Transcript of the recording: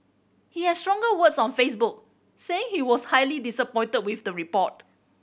he had stronger words on Facebook saying he was highly disappointed with the report